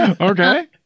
Okay